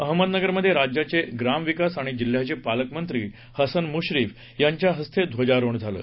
अहमदनगरमध्ये राज्याचे ग्रामविकास आणि जिल्ह्याचे पालकमंत्री हसन मुश्रीफ यांच्या हस्ते ध्वजारोहण झालं